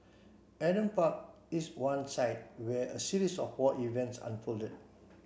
Adam Park is one site where a series of war events unfolded